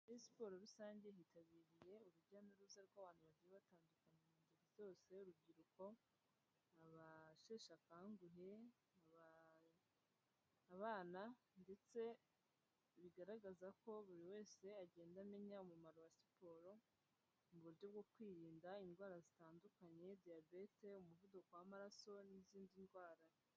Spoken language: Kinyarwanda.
Muri siporo rusange, hitabiriye urujya n'uruza rw'abantu bagiye batandukana mu ngeri zose, urubyiruko, abasheshakanguhe, abana ndetse bigaragaza ko buri wese agenda amenya umumaro wa siporo mu buryo bwo kwirinda indwara zitandukanye, diyabete, umuvuduko w'amaraso, n'izindi ndwara.